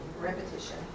Repetition